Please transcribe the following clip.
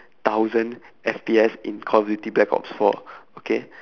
thousand F_P_S in call of duty black ops four okay